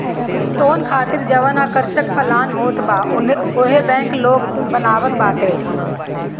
loan खातिर जवन आकर्षक प्लान होत बा उहो बैंक लोग के बतावत बाटे